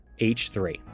h3